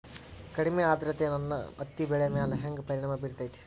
ಕಡಮಿ ಆದ್ರತೆ ನನ್ನ ಹತ್ತಿ ಬೆಳಿ ಮ್ಯಾಲ್ ಹೆಂಗ್ ಪರಿಣಾಮ ಬಿರತೇತಿ?